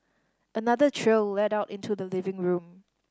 another trail led out into the living room